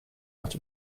out